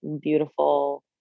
beautiful